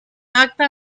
acta